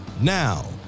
Now